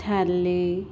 ਥੈਲੇ